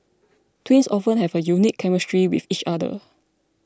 twins often have a unique chemistry with each other